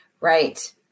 Right